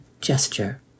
gesture